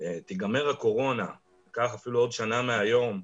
תיגמר הקורונה, ייקח אפילו עוד שנה מהיום,